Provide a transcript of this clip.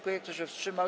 Kto się wstrzymał?